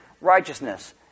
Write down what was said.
Righteousness